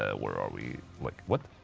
ah where are we like. what?